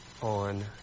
on